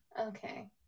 okay